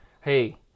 hey